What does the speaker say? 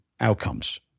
outcomes